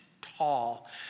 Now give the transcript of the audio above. tall